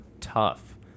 tough